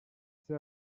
ese